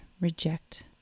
reject